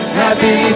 happy